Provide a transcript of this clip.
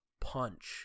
punch